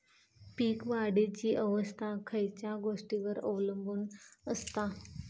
पीक वाढीची अवस्था खयच्या गोष्टींवर अवलंबून असता?